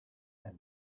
and